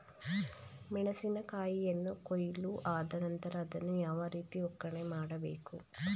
ಮೆಣಸಿನ ಕಾಯಿಯನ್ನು ಕೊಯ್ಲು ಆದ ನಂತರ ಅದನ್ನು ಯಾವ ರೀತಿ ಒಕ್ಕಣೆ ಮಾಡಬೇಕು?